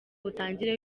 utangira